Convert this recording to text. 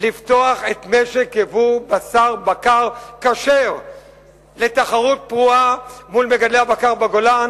לפתוח את משק ייבוא בשר הבקר הכשר לתחרות פרועה מול מגדלי הבקר בגולן?